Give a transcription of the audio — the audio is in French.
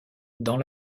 dans